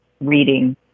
reading